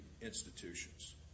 institutions